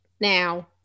now